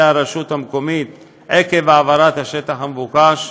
הרשות המקומית עקב העברת השטח המבוקש.